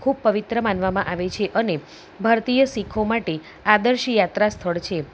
ખૂબ પ્રવિત્ર માનવામાં આવે છે અને ભારતીય શીખો માટે આદર્શીય યાત્રા સ્થળ છે